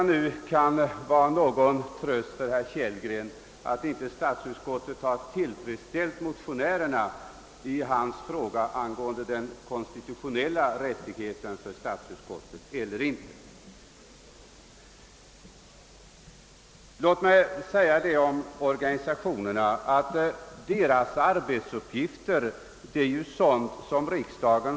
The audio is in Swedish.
Jag vet inte om det förhållandet, att statsutskottet inte helt har tillfredsställt motionärerna, kan vara herr Kellgren till tröst i den av honom diskuterade frågan om statsutskottets och riksdagens konstitutionella rättigheter. Frivilligorganisationernas arbetsuppgifter är sådana som de fått sig ålagda av riksdagen.